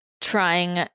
trying